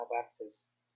access